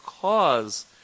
cause